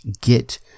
get